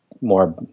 more